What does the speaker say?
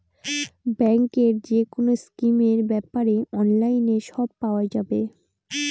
ব্যাঙ্কের যেকোনো স্কিমের ব্যাপারে অনলাইনে সব পাওয়া যাবে